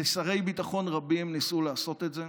ושרי ביטחון רבים ניסו לעשות את זה.